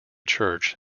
church